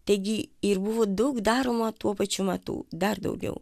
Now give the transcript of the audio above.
taigi ir buvo daug daroma tuo pačiu metu dar daugiau